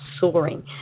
soaring